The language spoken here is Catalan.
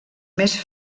més